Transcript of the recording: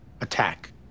attack